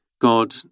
God